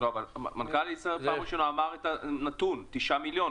אבל מנכ"ל ישראייר אמר את הנתון: 9 מיליון.